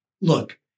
look